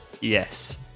Yes